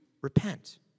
repent